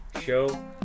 show